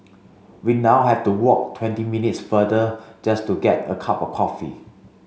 we now have to walk twenty minutes further just to get a cup of coffee